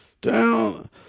down